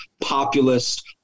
populist